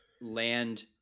land